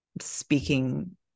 speaking